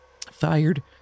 Fired